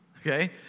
okay